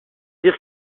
dire